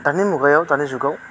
दानि मुगायाव दानि जुगाव